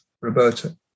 Roberta